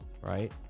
right